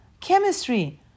chemistry